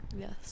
Yes